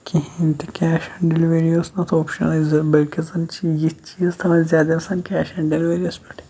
کِہیٖنۍ تہِ cash on delivery ٲس نہٕ اَتھ اوپشَنٕے زَن بلکہِ زَن چھِ یِتھ چیٖز تِم ٲسۍ زیادٕ آسان کیش آن ڈِلؤریَس پٮ۪ٹھ